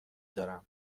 دارم